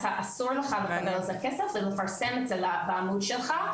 אסור לך לקבל על זה כסף ולפרסם את זה בעמוד שלך,